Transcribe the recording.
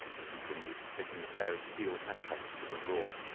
he continued, taking a pair of steel handcuffs from a drawer.